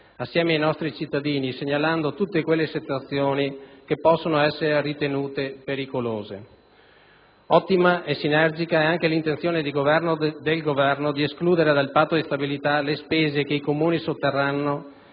assieme ai nostri cittadini, segnalando tutte quelle situazioni che possono essere ritenute pericolose. Ottima e sinergica è anche l'intenzione del Governo di escludere dal patto di stabilità le spese che i Comuni sosterranno